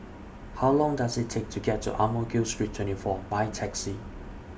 How Long Does IT Take to get to Ang Mo Kio Street twenty four By Taxi